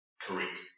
Correct